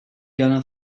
gonna